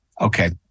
Okay